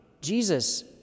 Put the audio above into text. Jesus